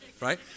Right